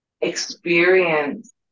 experience